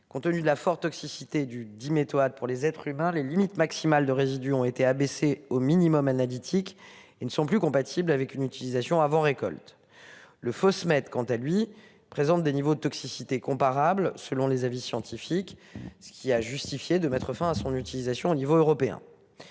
compte tenu de la forte toxicité du diméthoate pour les être s'humains les limites maximales de résidus ont été abaissé au minimum analytique. Ils ne sont plus compatibles avec une utilisation avant récolte. Le Faust mettent quant à lui présente des niveaux de toxicité comparables selon les avis scientifiques. Ce qui a justifié de mettre fin à son utilisation au niveau européen.